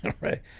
right